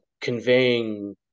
conveying